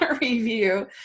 review